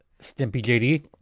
StimpyJD